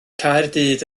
caerdydd